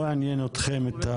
לא עניין אתכם.